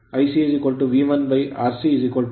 383 ampere